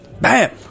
bam